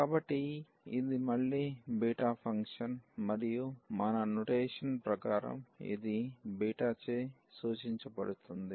కాబట్టి ఇది మళ్ళీ బీటా ఫంక్షన్ మరియు మన నొటేషన్ ప్రకారం ఇది బీటాచే సూచించబడుతుంది